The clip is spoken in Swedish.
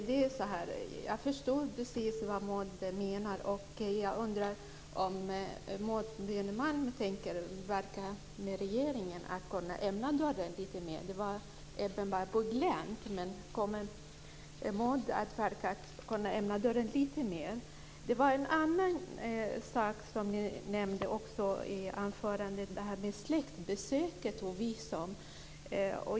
Herr talman! Jag förstår precis vad Maud Björnemalm menar. Jag undrar om Maud Björnemalm tänker verka för att regeringen ska kunna öppna dörren lite mer på glänt. Den var uppenbarligen på glänt, men kommer Maud Björnemalm att verka för att kunna öppna dörren lite mer? Maud Björnemalm nämnde i anförandet släktbesök och visum.